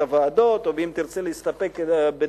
הוועדות או אם היא תרצה להסתפק בדברי,